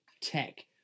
tech